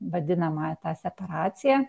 vadinama ta separacija